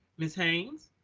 ms. haynes.